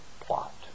plot